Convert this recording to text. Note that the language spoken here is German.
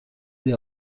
sie